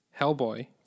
Hellboy